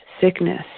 sickness